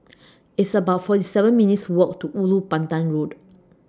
It's about forty seven minutes' Walk to Ulu Pandan Road